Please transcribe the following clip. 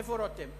איפה רותם?